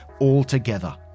altogether